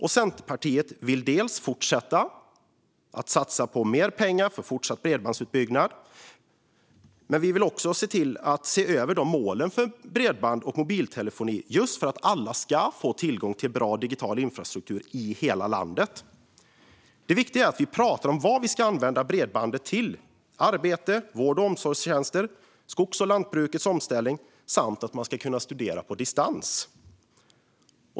Centerpartiet vill satsa mer pengar på fortsatt bredbandsutbyggnad. Men vi vill också se över målen för bredband och mobiltelefoni just för att alla ska få tillgång till bra digital infrastruktur i hela landet. Det viktiga är att vi pratar om vad vi ska använda bredbandet till. Det handlar om arbete, vård och omsorgstjänster, skogs och lantbrukets omställning samt att man ska kunna studera på distans.